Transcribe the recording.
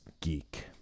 Geek